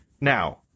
now